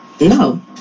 No